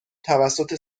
توسط